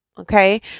Okay